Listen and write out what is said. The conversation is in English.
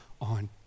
on